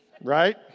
Right